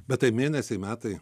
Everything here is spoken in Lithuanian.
bet tai mėnesiai metai